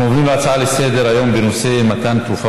אנחנו עוברים להצעות לסדר-היום בנושא: מתן תרופה